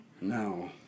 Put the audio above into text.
No